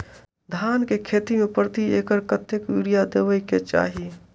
धान केँ खेती मे प्रति एकड़ कतेक यूरिया देब केँ चाहि?